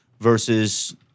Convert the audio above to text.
versus